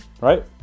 right